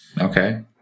Okay